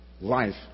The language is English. life